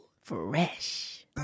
Fresh